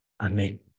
Amen